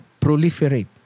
proliferate